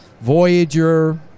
Voyager